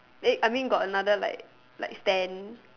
wait I mean got another like like stand